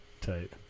Tight